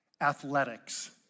athletics